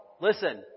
Listen